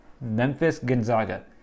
Memphis-Gonzaga